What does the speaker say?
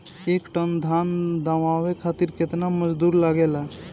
एक टन धान दवावे खातीर केतना मजदुर लागेला?